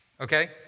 Okay